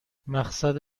مقصد